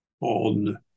on